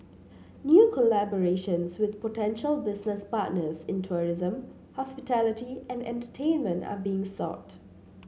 new collaborations with potential business partners in tourism hospitality and entertainment are being sought